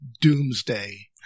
doomsday